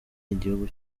igihugu